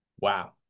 Wow